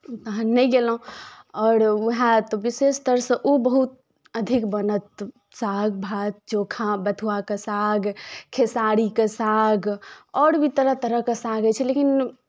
तखन नहि गेलहुँ आओर उएह तऽ विशेषतरसँ ओ बहुत अधिक बनत साग भात चोखा बथुआके साग खेसारीके साग आओर भी तरह तरहके साग होइ छै लेकिन